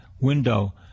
window